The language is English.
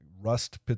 Rust